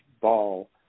ball